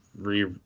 re